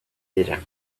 dira